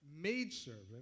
maidservant